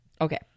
Okay